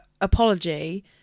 apology